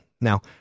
Now